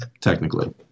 technically